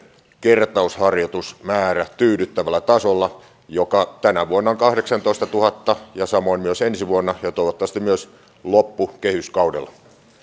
kertausharjoitusmäärä tyydyttävällä tasolla joka tänä vuonna on kahdeksantoistatuhatta ja samoin myös ensi vuonna ja toivottavasti myös loppukehyskaudella